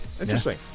Interesting